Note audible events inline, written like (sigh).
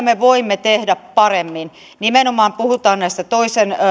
(unintelligible) me voimme tehdä paremmin nimenomaan puhutaan näistä toisen